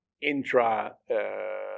intra